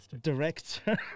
director